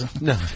No